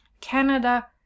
Canada